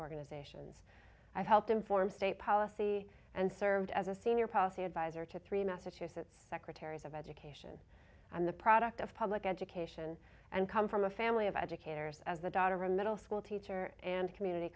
organizations i helped inform state policy and served as a senior policy adviser to three massachusetts secretaries of education and the product of public education and come from a family of educators as the daughter of a middle school teacher and community